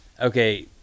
okay